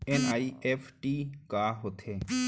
NEFT का होथे?